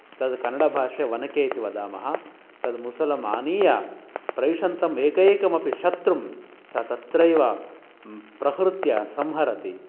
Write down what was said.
तद् कन्नडभाषायां वनके इति वदामः तद् मुसलम् आनीय प्रविशन्तम् एकैकं अपि शत्रुं सा तत्रैव प्रहृत्य संहरति